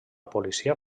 policia